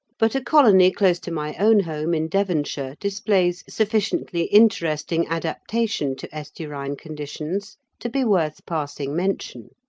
but a colony close to my own home in devonshire displays sufficiently interesting adaptation to estuarine conditions to be worth passing mention.